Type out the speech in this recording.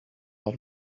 old